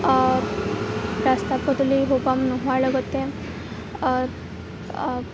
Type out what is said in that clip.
ৰাস্তা পদূলি সুগম নোহোৱাৰ লগতে